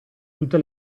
tutte